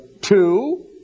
two